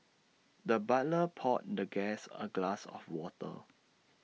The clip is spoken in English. the butler poured the guest A glass of water